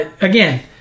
Again